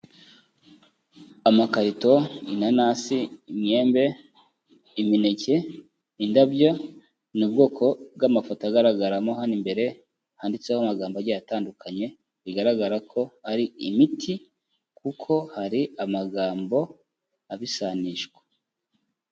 Amakarito, inanasi, imyembe, imineke, indabyo ni ubwoko bw'amafoto agaragaramo hano imbere handitseho amagambo agiye atandukanye, bigaragara ko ari imiti kuko hari amagambo abisanishwa.